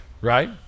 right